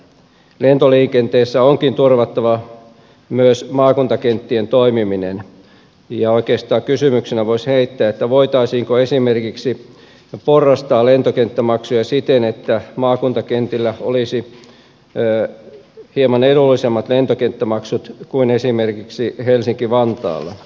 lentoliikenteessä onkin turvattava myös maakuntakenttien toimiminen ja oikeastaan kysymyksenä voisi heittää voitaisiinko esimerkiksi porrastaa lentokenttämaksuja siten että maakuntakentillä olisi hieman edullisemmat lentokenttämaksut kuin esimerkiksi helsinki vantaalla